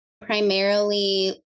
Primarily